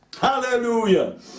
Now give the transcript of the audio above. Hallelujah